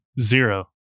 zero